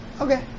Okay